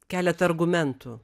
keletą argumentų